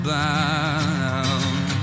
bound